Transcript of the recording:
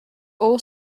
all